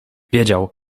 wiedział